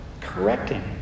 correcting